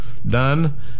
Done